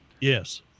Yes